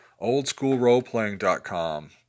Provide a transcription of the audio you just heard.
Oldschoolroleplaying.com